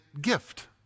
gift